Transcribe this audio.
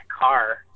car